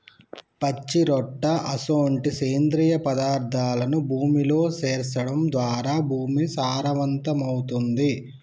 పచ్చిరొట్ట అసొంటి సేంద్రియ పదార్థాలను భూమిలో సేర్చడం ద్వారా భూమి సారవంతమవుతుంది